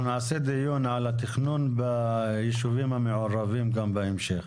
אנחנו נעשה דיון על התכנון בישובים המעורבים גם בהמשך.